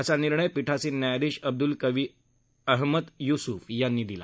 असा निर्णय पीठासीन न्यायाधीश अब्द्ल कवी अहमद य्सूफ यांनी दिला